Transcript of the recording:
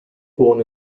born